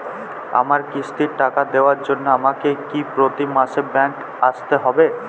আমার কিস্তির টাকা দেওয়ার জন্য আমাকে কি প্রতি মাসে ব্যাংক আসতে হব?